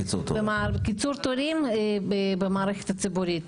כלומר קיצור תורים במערכת הציבורית.